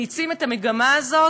מאיצים את המגמה הזאת,